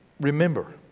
remember